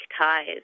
ties